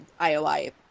IOI